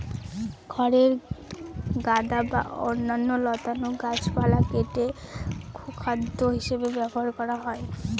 খড়ের গাদা বা অন্যান্য লতানো গাছপালা কেটে গোখাদ্য হিসাবে ব্যবহার করা হয়